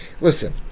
listen